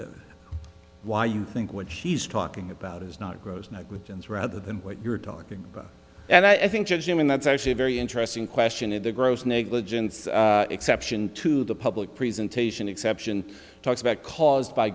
about why you think what she's talking about is not gross negligence rather than what you're talking about and i think that you mean that's actually a very interesting question of the gross negligence exception to the public presentation exception talks about caused by